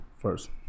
first